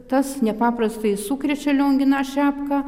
tas nepaprastai sukrečia lionginą šepką